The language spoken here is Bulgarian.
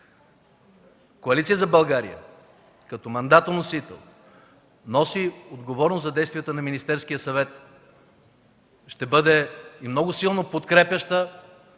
Коалиция за България, като мандатоносител, носи отговорност за действията на Министерския съвет. Ще бъде много силно подкрепяща